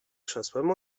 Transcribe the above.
krzesłem